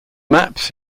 maps